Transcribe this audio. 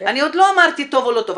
אני עוד לא אמרתי טוב או לא טוב,